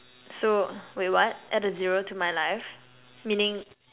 so wait what add a zero to my life meaning